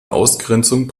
ausgrenzung